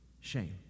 shame